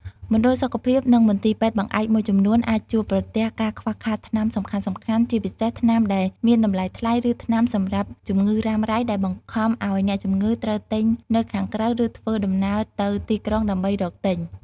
មណ្ឌលសុខភាព និងមន្ទីរពេទ្យបង្អែកមួយចំនួនអាចជួបប្រទះការខ្វះខាតថ្នាំសំខាន់ៗ ជាពិសេសថ្នាំដែលមានតម្លៃថ្លៃ ឬថ្នាំសម្រាប់ជំងឺរ៉ាំរ៉ៃ ដែលបង្ខំឱ្យអ្នកជំងឺត្រូវទិញនៅខាងក្រៅ ឬធ្វើដំណើរទៅទីក្រុងដើម្បីរកទិញ។